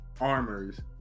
armors